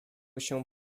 się